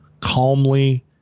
calmly